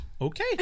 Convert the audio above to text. okay